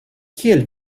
kiel